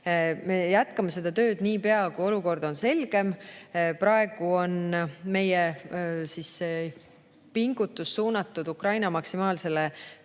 Me jätkame seda tööd niipea, kui olukord on selgem. Praegu on meie pingutus suunatud Ukraina maksimaalsele